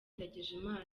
ndagijimana